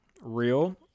real